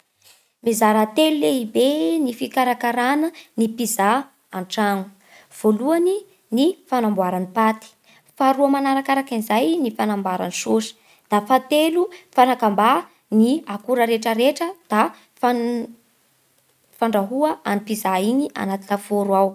Mizara telo lehibe ny fikarakarana ny pizza an-tragno. Voalohany ny fanamboara ny paty. Faharoa manarakarakin'izay ny fanambara sôsy. Da fahatelo fanakamba ny akora rehetraretra da fan- fandrahoa an'i pizza igny agnaty lafaoro ao.